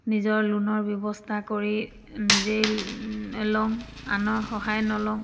নিজৰ লোনৰ ব্যৱস্থা কৰি নিজেই লওঁ আনৰ সহায় নলওঁ